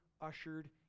ushered